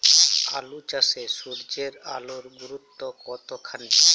আলু চাষে সূর্যের আলোর গুরুত্ব কতখানি?